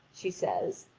she says,